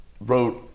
wrote